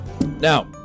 Now